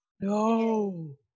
No